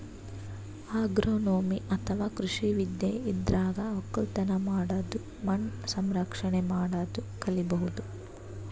agronomy ಅಥವಾ ಕೃಷಿ ವಿದ್ಯೆ ಇದ್ರಾಗ್ ಒಕ್ಕಲತನ್ ಮಾಡದು ಮಣ್ಣ್ ಸಂರಕ್ಷಣೆ ಮಾಡದು ಕಲಿಬಹುದ್